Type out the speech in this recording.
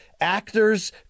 actors